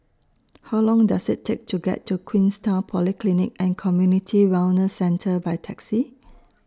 How Long Does IT Take to get to Queenstown Polyclinic and Community Wellness Centre By Taxi